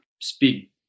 speak